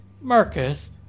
Marcus